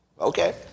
Okay